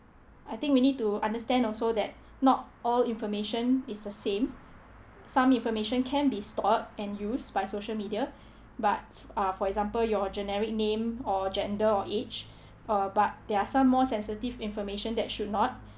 I think we need to understand also that not all information is the same some information can be stored and used by social media but uh for example your generic name or gender or age uh but there are some more sensitive information that should not